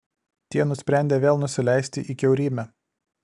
tie nusprendė vėl nusileisti į kiaurymę